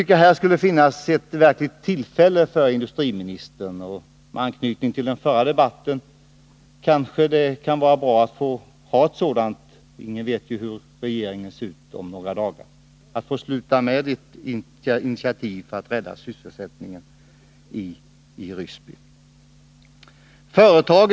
Här borde verkligen finnas ett tillfälle för industriministern att ta intitiativ för att rädda sysselsättningen i Ryssby. Och med anknytning till den förra debatten vore det kanske bra att avsluta med ett sådant initiativ — ingen vet ju hur regeringen ser ut om några dagar.